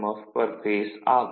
F per phase ஆகும்